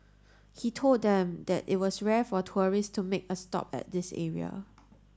he told them that it was rare for tourists to make a stop at this area